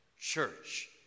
church